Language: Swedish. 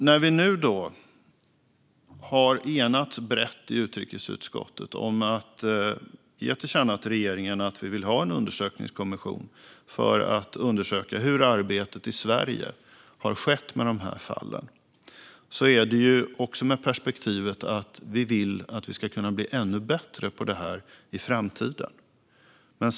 När vi nu har enats brett i utrikesutskottet om att tillkännage för regeringen att vi vill ha en undersökningskommission för att undersöka hur arbetet i Sverige har skett med de här fallen är det också med perspektivet att vi vill att vi ska kunna bli ännu bättre på detta i framtiden.